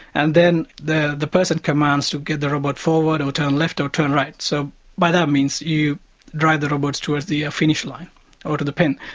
and then the the person commands to get the robot forward or turn left or turn right. so by that means you drive the robots towards the finish line or to the pen.